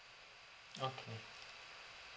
okay